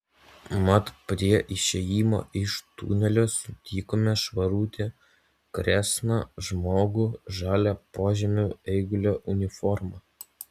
mat prie išėjimo iš tunelio sutikome švarutį kresną žmogų žalia požemių eigulio uniforma